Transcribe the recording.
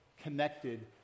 connected